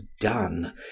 done